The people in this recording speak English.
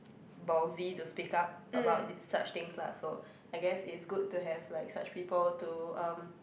ballsy to speak up about the such things lah so I guess it's good to have like such people to um